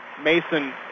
Mason